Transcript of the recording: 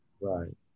Right